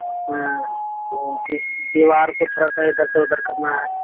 ہاں دی دیوار کو تھوڑا سا ادھر سے ادھر کرنا ہے